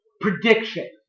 prediction